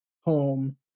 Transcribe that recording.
home